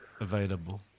available